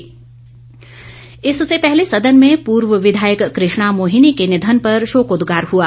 शोकोदगार इससे पहले सदन में पूर्व विधायक कृष्णा मोहिनी के निधन पर शोकोदगार हुआ